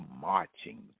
marching